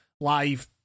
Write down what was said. live